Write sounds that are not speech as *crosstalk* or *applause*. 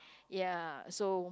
*breath* ya so